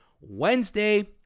Wednesday